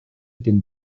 den